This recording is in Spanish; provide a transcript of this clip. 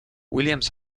williams